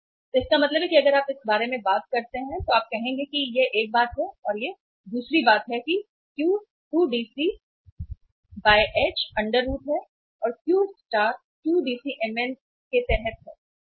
तो इसका मतलब है कि अगर आप इस बारे में बात करते हैं तो आप कहेंगे कि यह एक बात है और दूसरी बात यह है कि Q 2DC H under root है और Q स्टार 2DCmn के तहत है